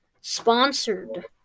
sponsored